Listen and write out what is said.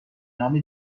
نام